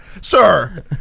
Sir